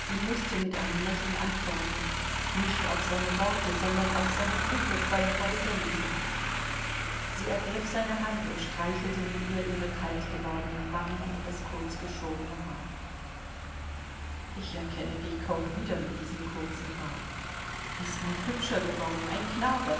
sie mußte mit einem lächeln antworten nicht auf seine worte sondern auf seine blicke voll heißer liebe sie ergriff seine hand und streichelte mit ihr ihre kalt gewordenen wangen und das kurzgeschorene haar ich erkenne dich kaum wieder mit diesem kurzen haar du bist noch hübscher geworden ein knabe